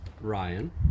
Ryan